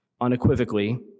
Unequivocally